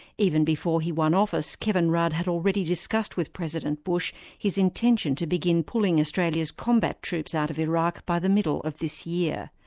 even before he won office, kevin rudd had already discussed with president bush his intention to begin pulling australia's combat troops out of iraq by the middle of this year.